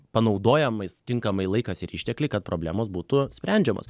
panaudojamais tinkamai laikas ir ištekliai kad problemos būtų sprendžiamos